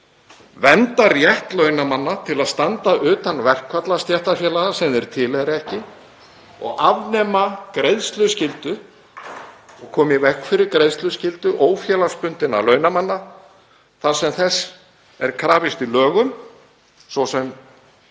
vernda rétt launamanna til að standa utan verkfalla stéttarfélaga sem þeir tilheyra ekki og afnema og koma í veg fyrir greiðsluskyldu ófélagsbundinna launamanna þar sem þess er krafist í lögum, svo sem